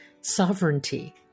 sovereignty